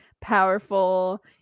powerful